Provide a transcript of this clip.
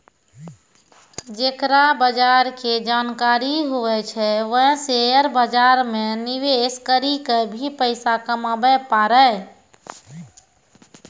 जेकरा बजार के जानकारी हुवै छै वें शेयर बाजार मे निवेश करी क भी पैसा कमाबै पारै